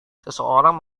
seseorang